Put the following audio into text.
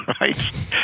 Right